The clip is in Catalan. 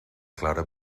clara